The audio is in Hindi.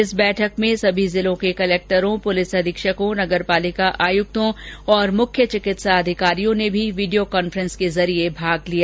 इस बैठक में सभी जिलों के कलेक्टरों पुलिस ैअधीक्षकों नगर पालिका आयुक्तों और मुख्य चिकित्सा अधिकारियों ने भी वीडियों कांफ्रेंस के जरिये बैठक में भाग लिया